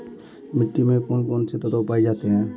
मिट्टी में कौन कौन से तत्व पाए जाते हैं?